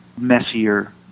messier